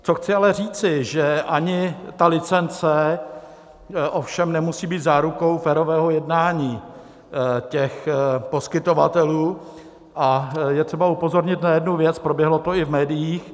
Co chci ale říci, že ani ta licence ovšem nemusí být zárukou férového jednání těch poskytovatelů, a je třeba upozornit na jednu věc, proběhlo to i v médiích.